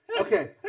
okay